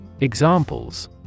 Examples